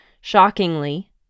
Shockingly